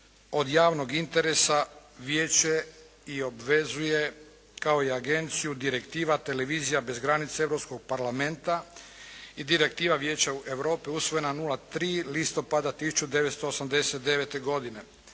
od javnog interesa vijeće i obvezuje kao i agenciju Direktiva "Televizija bez granica" Europskog parlamenta i Direktiva Vijeća Europe usvojena 03. listopada 1989. godine.